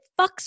fucks